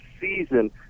season